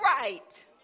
right